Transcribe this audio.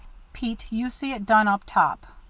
pete, you see it done up top.